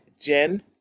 Jen